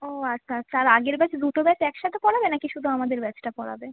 ও আচ্ছা আচ্ছা আর আগের ব্যাচ দুটো ব্যাচ এক সাথে পড়াবে নাকি শুধু আমাদের ব্যাচটা পড়াবে